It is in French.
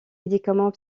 médicaments